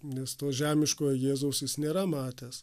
nes to žemiškojo jėzaus jis nėra matęs